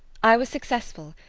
i was successful,